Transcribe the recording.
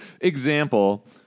example